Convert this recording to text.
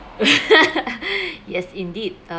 yes indeed